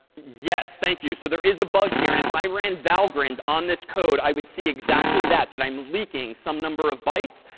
yes. thank you. so there is a bug here. and if i ran valgrind on this code, i would see exactly that, that i'm leaking some number of bytes.